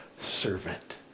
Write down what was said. servant